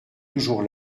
toujours